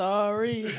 Sorry